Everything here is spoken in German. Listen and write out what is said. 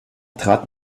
trat